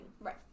Right